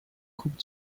coupe